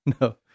No